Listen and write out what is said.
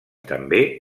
també